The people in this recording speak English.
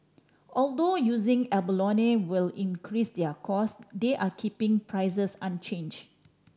although using abalone will increase their cost they are keeping prices unchange